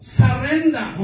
surrender